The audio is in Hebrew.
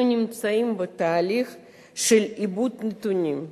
אנחנו נמצאים בתהליך של עיבוד נתונים,